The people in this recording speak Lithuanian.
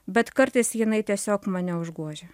bet kartais jinai tiesiog mane užgožia